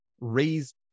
raise